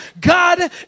God